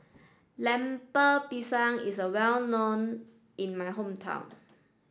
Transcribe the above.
Lemper Pisang is well known in my hometown